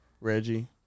Reggie